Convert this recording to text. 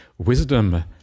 Wisdom